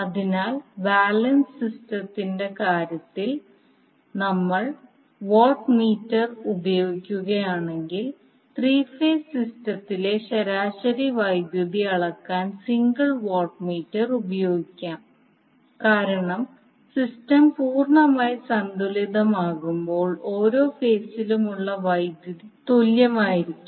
അതിനാൽ ബാലൻസ് സിസ്റ്റത്തിന്റെ കാര്യത്തിൽ ഞങ്ങൾ വാട്ട് മീറ്റർ ഉപയോഗിക്കുകയാണെങ്കിൽ ത്രീ ഫേസ് സിസ്റ്റത്തിലെ ശരാശരി വൈദ്യുതി അളക്കാൻ സിംഗിൾ വാട്ട് മീറ്റർ ഉപയോഗിക്കാം കാരണം സിസ്റ്റം പൂർണ്ണമായും സന്തുലിതമാകുമ്പോൾ ഓരോ ഫേസിലുമുള്ള വൈദ്യുതി തുല്യമായിരിക്കും